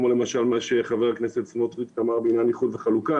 כולל למשל מה שאמר חבר הכנסת סנמוטריץ' בעניין איחוד וחלוקה.